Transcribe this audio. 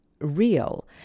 real